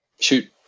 Shoot